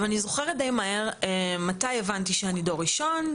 אני זוכרת דיי מהר מתי הבנתי שאני דור ראשון,